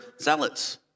Zealots